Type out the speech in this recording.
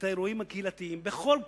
את האירועים הקהילתיים, בכל קהילה.